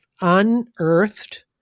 unearthed